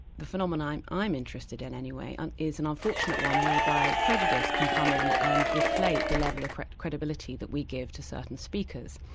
the phenomenon i'm interested in anyway is an unfortunate one whereby prejudice can come in and deflate the level of credibility that we give to certain speakers.